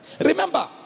Remember